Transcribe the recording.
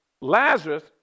Lazarus